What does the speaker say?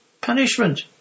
Punishment